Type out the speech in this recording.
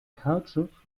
kautschuk